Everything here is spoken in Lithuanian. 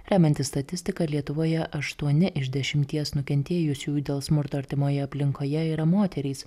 remiantis statistika lietuvoje aštuoni iš dešimties nukentėjusiųjų dėl smurto artimoje aplinkoje yra moterys